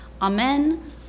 Amen